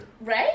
Right